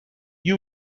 you